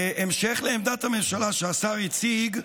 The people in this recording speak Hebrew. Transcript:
בהמשך לעמדת הממשלה שהשר הציג,